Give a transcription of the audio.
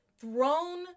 thrown